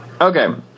Okay